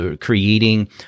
creating